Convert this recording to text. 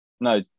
No